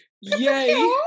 yay